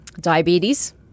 diabetes